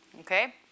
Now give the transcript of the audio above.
Okay